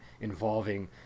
involving